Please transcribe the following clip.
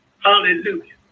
Hallelujah